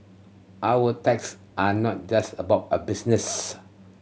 our ties are not just about a business